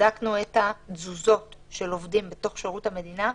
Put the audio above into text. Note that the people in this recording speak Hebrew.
בדקנו את התזוזות של עובדים בתוך שירות המדינה: